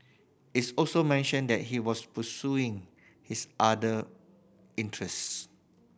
it's also mentioned that he was pursuing his other interests